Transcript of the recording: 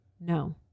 no